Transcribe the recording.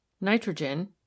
nitrogen